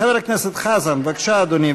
חבר הכנסת חזן, בבקשה, אדוני.